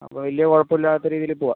അപ്പോൾ വലിയ കുഴപ്പമില്ലാത്ത രീതിയിൽ പോവാം